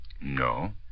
No